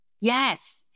Yes